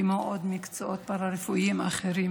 כמו במקצועות פארה-רפואיים אחרים,